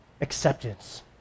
acceptance